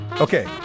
Okay